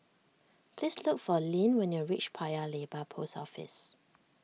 please look for Linn when you reach Paya Lebar Post Office